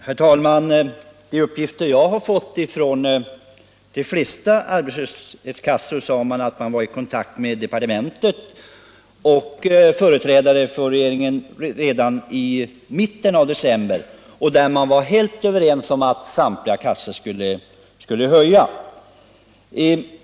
Herr talman! Enligt de uppgifter jag fått har de flesta arbetslöshetskassor haft kontakt med departementet och företrädare för regeringen redan i mitten av december. Man var då helt överens om att samtliga kassor skulle höja sina ersättningar.